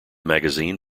magazine